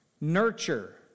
Nurture